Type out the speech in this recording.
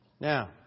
Now